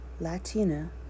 Latina